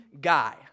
guy